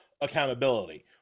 accountability